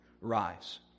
Rise